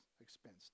expense